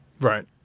Right